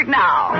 now